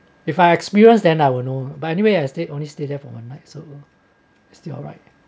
if I experience then I will know but anyway I stay only stay there for only one night so ya still alright